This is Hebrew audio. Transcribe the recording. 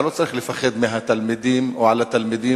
אתה לא צריך לפחד מהתלמידים או על התלמידים,